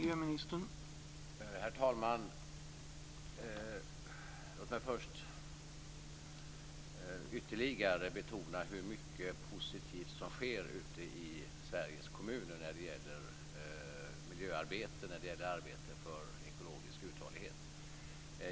Herr talman! Låt mig först ytterligare betona hur mycket positivt som sker ute i Sveriges kommuner när det gäller miljöarbete och arbete för ekologisk uthållighet.